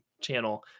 channel